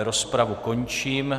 Rozpravu končím.